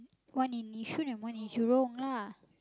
one in Yishun and one in Jurong lah